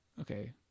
okay